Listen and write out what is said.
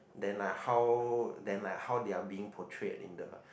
then are how then are how they are being portray in the